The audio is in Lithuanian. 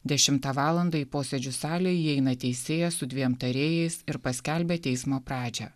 dešimtą valandą į posėdžių salę įeina teisėjas su dviem tarėjais ir paskelbia teismo pradžią